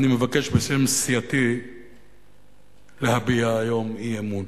אני מבקש בשם סיעתי להביע היום אי-אמון.